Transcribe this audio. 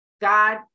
God